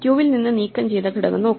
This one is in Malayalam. ക്യൂവിൽ നിന്ന് നീക്കം ചെയ്ത ഘടകം നോക്കും